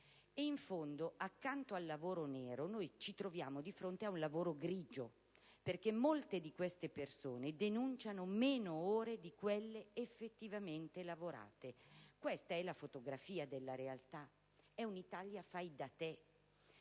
in nero. Accanto al lavoro nero esiste il lavoro grigio: molte di queste persone denunciano meno ore di quelle effettivamente lavorate. Questa è la fotografia della realtà. È un'Italia fai da te,